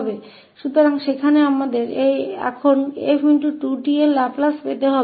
तो यहाँ अब हमें 𝑓2𝑡 का लाप्लास प्राप्त करना होगा